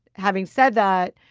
having said that,